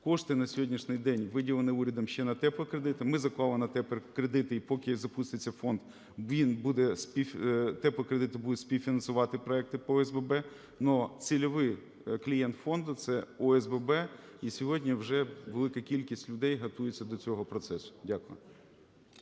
Кошти на сьогоднішній день виділені урядом ще на теплокредити. Ми заклали на теплокредити, і поки запуститься фонд, теплокредити будуть співфінансувати проекти по ОСББ. Ну цільовий клієнт фонду – це ОСББ, і сьогодні вже велика кількість людей готується до цього процесу. Дякую.